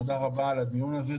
תודה רבה על הדיון הזה,